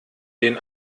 den